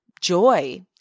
joy